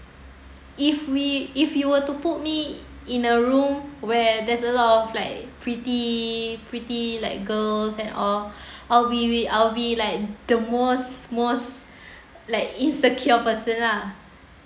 if we if you were to put me in a room where there's a lot of like pretty pretty like girls and or or we we are we like the most most like insecure person lah